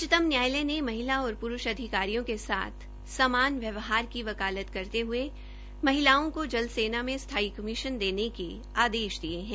उच्चतम न्यायालय ने महिला और प्रूष अधिकारियों के साथ समान व्यवहार की वकालत करते हये महिलाओं को जल सेना में स्थायी कमीशन देने के आदेश दिये है